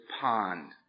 pond